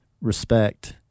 respect